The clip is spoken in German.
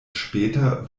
später